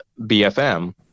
BFM